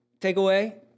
takeaway